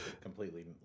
completely